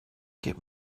get